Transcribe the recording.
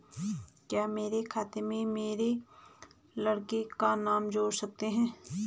क्या मेरे खाते में मेरे लड़के का नाम जोड़ सकते हैं?